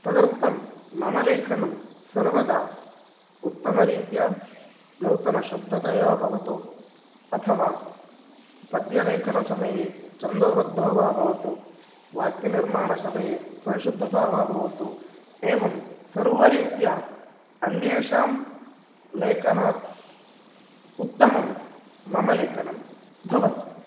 तदर्थं मम लेखनं सर्वदा उत्तमरीत्या नूतनशब्दतया भवतु अथवा पद्यलेखनसमये छन्दोबद्धो वा भवतु वाक्यनिर्माणसमये परिशुद्धता वा भवतु एवं सर्वरीत्या अन्येषां लेखनात् उत्तमं मम लेखनं भवति